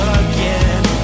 again